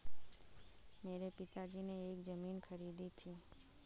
मेरे पिताजी ने एक जमीन खरीदी थी